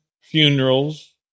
funerals